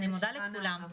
אני מודה לכולם.